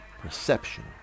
perception